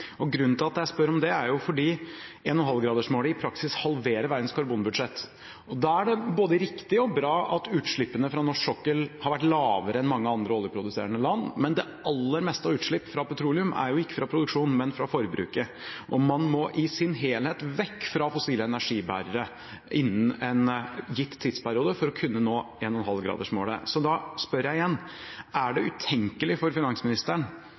Grunnen til at jeg spør om det, er at 1,5-gradersmålet i praksis halverer verdens karbonbudsjett, og da er det både riktig og bra at utslippene fra norsk sokkel har vært lavere enn fra mange andre oljeproduserende land, men det aller meste av utslipp av petroleum er jo ikke fra produksjonen, men fra forbruket. Man må i sin helhet vekk fra fossile energibærere innen en gitt tidsperiode for å kunne nå 1,5-gradersmålet. Så da spør jeg igjen: Er det utenkelig for finansministeren